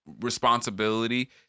responsibility